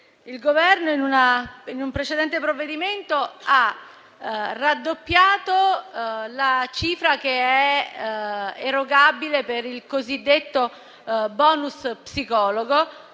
Il Governo in un precedente provvedimento ha raddoppiato la cifra erogabile per il cosiddetto *bonus* psicologo,